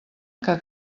que